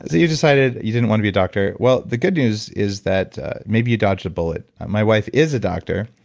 you decided you didn't want to be a doctor. well, the good news is that maybe you dodged a bullet. my wife is a doctor.